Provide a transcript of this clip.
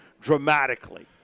dramatically